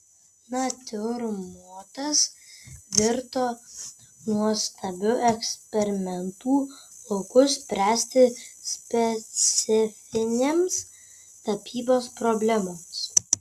natiurmortas virto nuostabiu eksperimentų lauku spręsti specifinėms tapybos problemoms